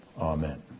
Amen